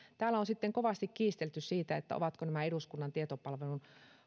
täällä on sitten kovasti kiistelty siitä ovatko nämä eduskunnan tietopalvelun